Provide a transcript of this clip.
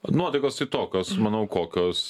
nuotaikos tai tokios manau kokios